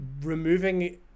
removing